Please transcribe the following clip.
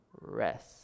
rest